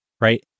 right